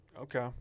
Okay